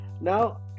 Now